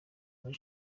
muri